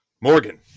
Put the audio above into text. Morgan